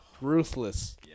ruthless